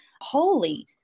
holy